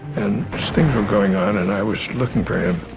and as things were going on and i was looking for him,